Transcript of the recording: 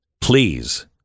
Please